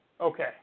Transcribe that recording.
Okay